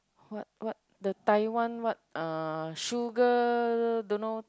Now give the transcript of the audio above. what what the Taiwan what uh sugar don't know